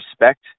respect